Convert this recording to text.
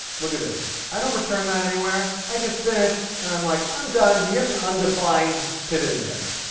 look at this, i don't return that anywhere. i just finish and i'm like i'm done, here's an undefined pivot index.